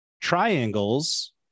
triangles